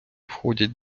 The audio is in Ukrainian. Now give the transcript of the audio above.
входять